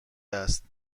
است